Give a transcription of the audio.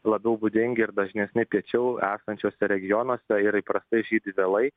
labiau būdingi ir dažnesni piečiau esančiuose regionuose ir įprastai žydi vėlai